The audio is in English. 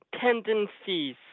tendencies